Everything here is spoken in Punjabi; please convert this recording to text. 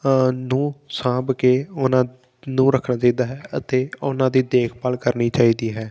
ਨੂੰ ਸਾਂਭ ਕੇ ਉਹਨਾਂ ਨੂੰ ਰੱਖਣਾ ਚਾਹੀਦਾ ਹੈ ਅਤੇ ਉਹਨਾਂ ਦੀ ਦੇਖਭਾਲ ਕਰਨੀ ਚਾਹੀਦੀ ਹੈ